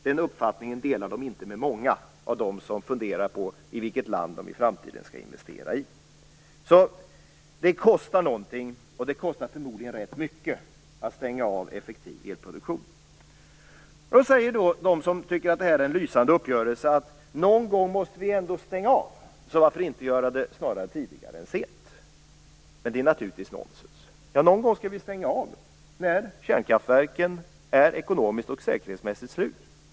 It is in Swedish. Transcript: Den uppfattningen delar de inte med många av dem som funderar på i vilket land de i framtiden skall investera. Det kostar alltså någonting. Det kostar förmodligen rätt mycket att stänga av effektiv elproduktion. De som tycker att det här är en lysande uppgörelse säger att vi någon gång måste stänga av: varför inte göra det tidigt i stället för sent? Det är naturligtvis nonsens. Någon gång skall vi stänga av, när kärnkraftverken är ekonomiskt och säkerhetsmässigt slut.